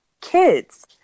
kids